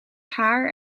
haar